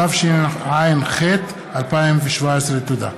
התשע"ח 2017. תודה.